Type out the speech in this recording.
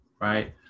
right